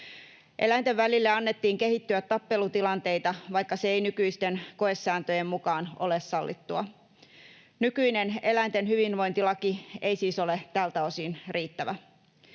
Eläinten välille annettiin kehittyä tappelutilanteita, vaikka se ei nykyisten koesääntöjen mukaan ole sallittua. Nykyinen eläinten hyvinvointilaki ei siis ole tältä osin riittävä.